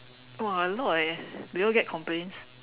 !wah! a lot eh do you all get complaints